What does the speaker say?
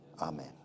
Amen